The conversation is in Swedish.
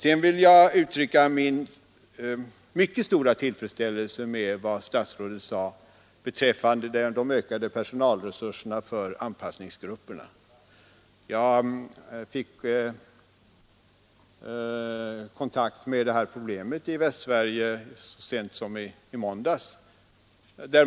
Jag vill sedan uttrycka min mycket stora tillfredsställelse med vad statsrådet sade beträffande de ökade personalresurserna för anpassningsgrupperna. Jag fick kontakt med detta problem i Västsverige så sent som i måndags.